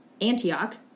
Antioch